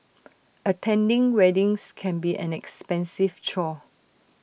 attending weddings can be an expensive chore